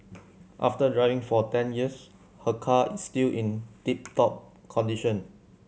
after driving for ten years her car is still in tip top condition